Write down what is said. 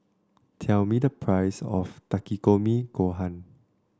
tell me the price of Takikomi Gohan